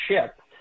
ship